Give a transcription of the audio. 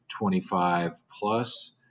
25-plus